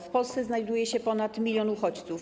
W Polsce znajduje się ponad 1 mln uchodźców.